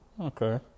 Okay